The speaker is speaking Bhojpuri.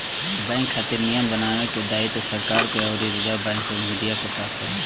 बैंक खातिर नियम बनावे के दायित्व सरकार के अउरी रिजर्व बैंक ऑफ इंडिया के पास बा